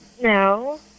No